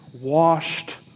washed